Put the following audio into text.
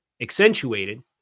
accentuated